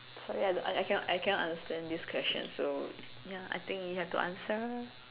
sorry I don't I cannot I cannot understand this question so ya I think you have to answer